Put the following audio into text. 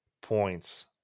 points